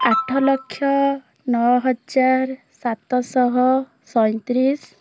ଆଠ ଲକ୍ଷ ନଅ ହଜାର ସାତଶହ ସଇଁତିରିଶ